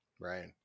Right